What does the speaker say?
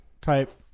type